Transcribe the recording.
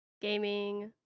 gaming